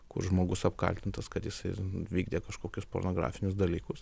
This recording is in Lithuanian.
kur žmogus apkaltintas kad jisai vykdė kažkokius pornografinius dalykus